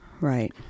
right